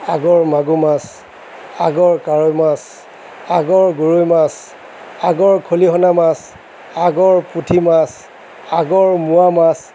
আগৰ মাগুৰ মাছ আগৰ কাৱৈ মাছ আগৰ গৰৈ মাছ আগৰ খলিহনা মাছ আগৰ পুঠি মাছ আগৰ মোৱা মাছ